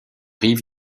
rives